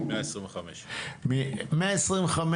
150,